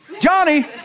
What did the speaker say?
Johnny